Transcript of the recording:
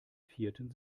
vierten